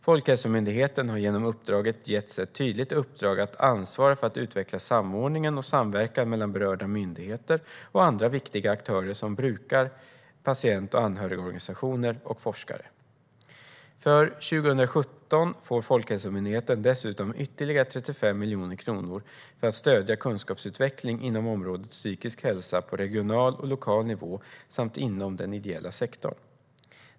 Folkhälsomyndigheten har därigenom getts ett tydligt uppdrag att ansvara för att utveckla samordningen och samverkan mellan berörda myndigheter och andra viktiga aktörer, som brukar-, patient och anhörigorganisationer och forskare. För 2017 får Folkhälsomyndigheten dessutom ytterligare 35 miljoner kronor för att stödja kunskapsutveckling inom området psykisk hälsa på regional och lokal nivå samt inom den ideella sektorn.